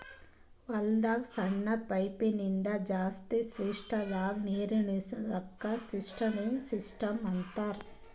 ಹೊಲಕ್ಕ್ ಸಣ್ಣ ಪೈಪಿನಿಂದ ಜಾಸ್ತಿ ಸ್ಪೀಡದಾಗ್ ನೀರುಣಿಸದಕ್ಕ್ ಸ್ಪ್ರಿನ್ಕ್ಲರ್ ಸಿಸ್ಟಮ್ ಅಂತಾರ್